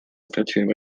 straciłem